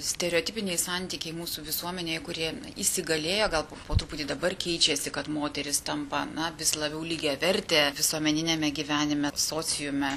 stereotipiniai santykiai mūsų visuomenėje kurie įsigalėjo galbūt po truputį dabar keičiasi kad moterys tampa na vis labiau lygiavertė visuomeniniame gyvenime sociume